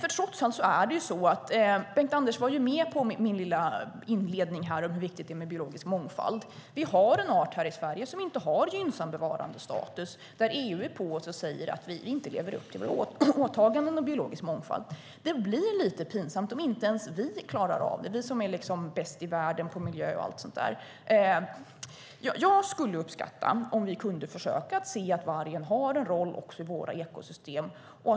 Bengt-Anders Johansson höll ju med om min inledning om att det är viktigt med biologisk mångfald. Vi har en art här i Sverige som inte har en gynnsam bevarandestatus. EU är på oss och säger att vi inte lever upp till våra åtaganden om biologisk mångfald. Det är lite pinsamt om inte ens vi klarar av det, vi som är "bäst" i världen när det gäller miljö och sådant. Jag skulle uppskatta om vi kunde försöka se att vargen har en roll i våra ekosystem.